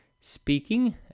speaking